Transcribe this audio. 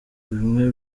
bimwe